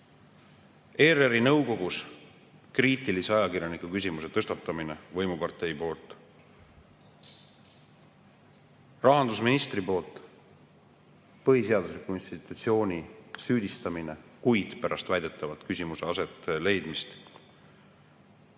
ERR-i nõukogus kriitilise ajakirjaniku küsimuse tõstatamine võimupartei poolt, rahandusministri poolt põhiseadusliku institutsiooni süüdistamine kuid pärast väidetavat küsimuse aset leidmist,